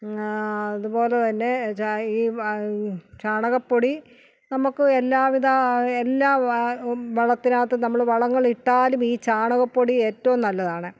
അതുപോലെതന്നെ ചാ ഈ ചാണകപ്പൊടി നമുക്ക് എല്ലാവിധ എല്ലാ വാ വളത്തിനകത്തും നമ്മള് വളങ്ങളിട്ടാലും ഈ ചാണകപ്പൊടി ഏറ്റവും നല്ലതാണ്